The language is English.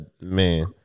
man